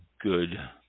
good